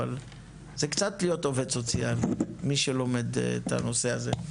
זה קצת להיות עובד סוציאלי מי שלומד את הנושא הזה.